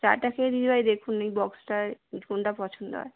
চাটা খেয়ে দিদিভাই দেখুন এই বক্সটায় ইট কোনটা পছন্দ হয়